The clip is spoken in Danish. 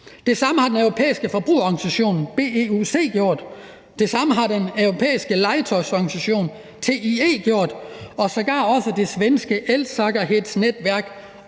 Det samme har den europæiske forbrugerorganisation BEUC gjort, og det samme har den europæiske legetøjsorganisation TIE gjort, og sågar også det svenske Elsäkerhetsverket